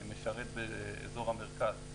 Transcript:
אני משרת באזור המרכז,